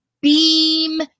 beam